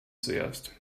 zuerst